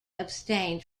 abstained